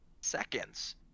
seconds